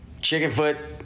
Chickenfoot